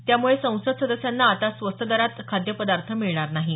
त्यामुळे संसद सदस्यांना आता स्वस्त दरात खाद्यपदार्थ मिळणार नाहीत